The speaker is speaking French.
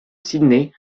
sydney